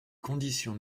conditions